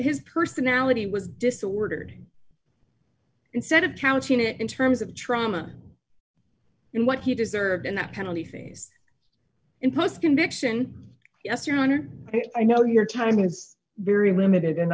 his personality was disordered instead of counting it in terms of trauma and what he deserved and that penalty phase in post conviction yes your honor i know your time is very limited and